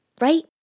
right